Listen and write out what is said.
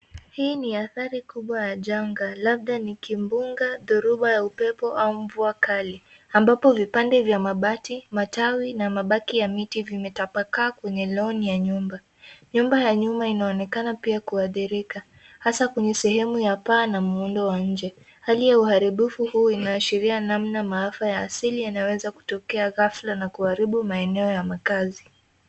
Hii ni adhari kubwa ya janga labda ni kimbunga, dhoruba ya upepo au mvua kali ambapo vipande vya mabati, matawi na mabaki ya miti vimetapakaa kwenye lawn ya nyumba. Nyumba ya nyuma inaonekana pia kuadhirika hasa kwenye sehemu ya paa na muundo wa nje. Hali ya uharibifu huu inaashiria namna maafa ya asili yanaweza kutokea ghafla na kuharibu maeneo ya makazi.